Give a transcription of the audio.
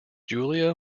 julia